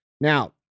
Now